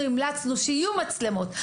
אנחנו המלצנו שיהיו מצלמות,